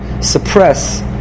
suppress